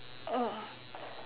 oh